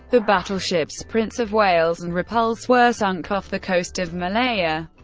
the battleships prince of wales and repulse were sunk off the coast of malaya,